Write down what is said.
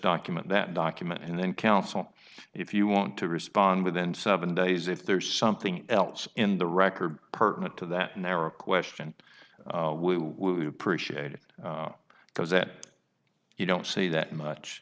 document that document and then counsel if you want to respond within seven days if there is something else in the record pertinent to that narrow question we would appreciate it because that you don't see that much